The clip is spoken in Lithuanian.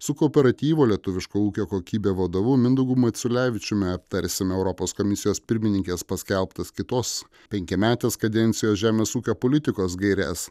su kooperatyvo lietuviško ūkio kokybė vadovu mindaugu maciulevičiumi aptarsime europos komisijos pirmininkės paskelbtas kitos penkiametės kadencijos žemės ūkio politikos gaires